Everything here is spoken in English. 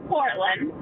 Portland